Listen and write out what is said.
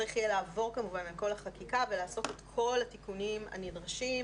צריך יהיה לעבור על כל החקיקה ולעשות את כל התיקונים הנדרשים